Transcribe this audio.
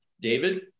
David